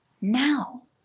now